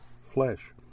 flesh